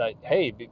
hey